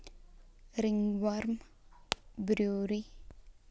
ringworm, brucellosis, anthrax ಇವು ಕೂಡಾ ರೋಗಗಳು ಬರತಾ